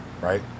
right